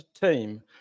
team